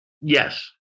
Yes